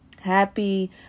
Happy